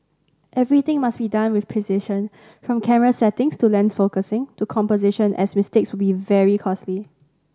everything must be done with precision from camera settings to lens focusing to composition as mistakes will be very costly